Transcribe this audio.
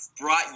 brought